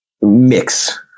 mix